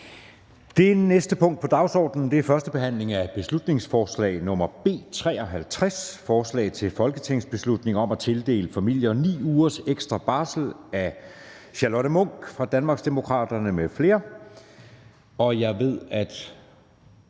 Det næste punkt på dagsordenen er: 16) 1. behandling af beslutningsforslag nr. B 53: Forslag til folketingsbeslutning om at tildele familier 9 ugers ekstra barsel. Af Charlotte Munch (DD) m.fl. (Fremsættelse